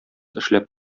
эшләп